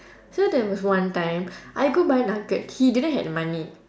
so there was one time I go buy nugget he didn't had money